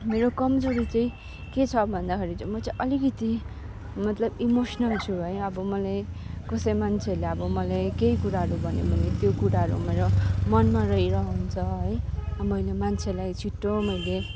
मेरो कमजोरी चाहिँ के छ भन्दाखेरि चाहिँ म चाहिँ अलिकति मतलब इमोसनल छु है अब मलाई कसै मान्छेहरूले अब मलाई केही कुराहरू भन्यो भने त्यो कुराहरू मेरो मनमा रहिरहन्छ है मैले मान्छेलाई छिट्टो मैले